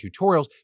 tutorials